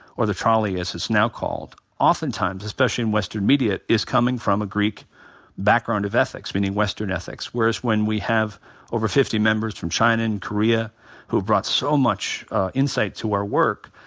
or the trolley as it's now called, often times, especially in western media, it is coming from a greek background of ethics meaning western ethics. whereas when we have over fifty members from china and korea who brought so much insight to our work,